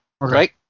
right